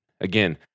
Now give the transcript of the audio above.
again